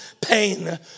pain